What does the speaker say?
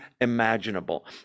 imaginable